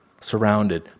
Surrounded